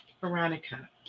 veronica